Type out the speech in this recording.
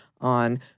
on